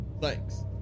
thanks